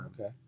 okay